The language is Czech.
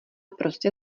prostě